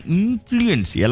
influence